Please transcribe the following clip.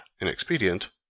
inexpedient